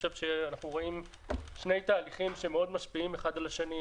אנחנו רואים שני תהליכים שמשפיעים מאוד האחד על השני.